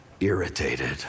irritated